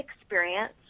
experience